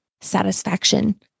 satisfaction